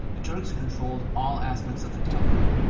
the turks controlled all aspects of the caliphate.